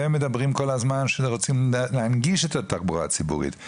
ומדברים כל הזמן שרוצים להנגיש את התחבורה הציבורית.